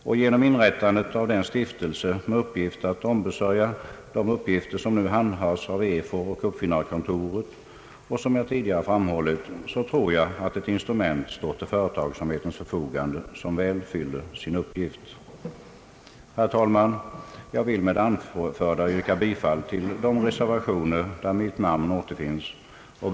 Som jag tidigare framhållit tror jag att ett instrument nu står till företagsamhetens förfogande, som väl fyller sin uppgift genom inrättandet av den stiftelse som har till uppgift att sköta de angelägenheter vilka nu handhas av EFOR och Uppfinnarkontoret. Herr talman! Jag vill med det anförda yrka bifall till de reservationer som upptar mitt namn.